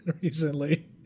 recently